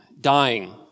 dying